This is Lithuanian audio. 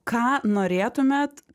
ką norėtumėt